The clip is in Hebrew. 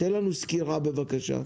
תן לנו סקירה, בבקשה.